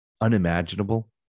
unimaginable